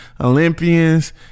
Olympians